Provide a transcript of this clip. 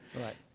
Right